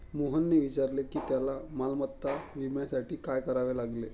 मोहनने विचारले की त्याला मालमत्ता विम्यासाठी काय करावे लागेल?